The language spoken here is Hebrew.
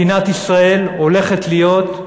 מדינת ישראל הולכת להיות,